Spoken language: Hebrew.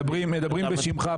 דברים טכניים